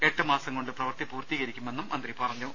എട്ട് മാസം കൊണ്ട് പ്രവൃത്തി പൂർത്തീകരിക്കുമെന്ന് മന്ത്രി പറഞ്ഞു